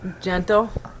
Gentle